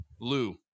Lou